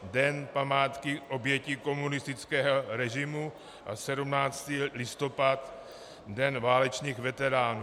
Den památky obětí komunistického režimu a 17. listopad Den válečných veteránů.